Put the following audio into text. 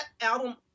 album